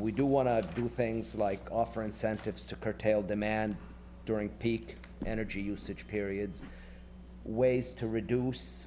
we do want to do things like offer incentives to curtail demand during peak energy usage periods ways to reduce